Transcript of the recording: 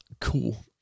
Cool